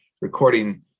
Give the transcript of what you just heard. recording